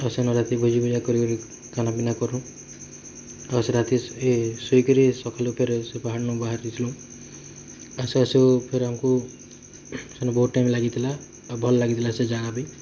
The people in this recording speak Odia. ଆଉ ସେନ ରାତି ଭୋଜି ଭୁଜା କରି କରି ଖାନା ପିନା କରୁଁ ଆଉ ସେ ରାତି ଇ ଶୋଇ କରି ସକାଲୁ ଫେର୍ ସେ ପାହାଡ଼୍ନୁ ବାହାରି ଥିଲୁ ଆସୁ ଆସୁ ଫେର୍ ଆମ୍କୁ ସେନ ବହୁତ୍ ଟାଇମ୍ ଲାଗିଥିଲା ଆଉ ଭଲ୍ ଲାଗିଥିଲା ସେ ଜାଗା ବି